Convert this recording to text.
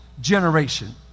generation